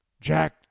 Jack